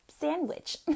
sandwich